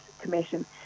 Commission